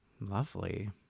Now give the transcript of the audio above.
lovely